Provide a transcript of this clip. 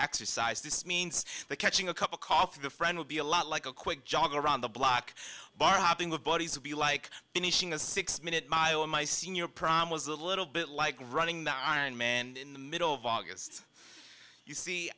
exercise this means that catching a cup of coffee the friend would be a lot like a quick jog around the block bar hopping with bodies would be like finishing a six minute mile in my senior prom was a little bit like running the iron man in the middle of august you see